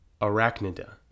Arachnida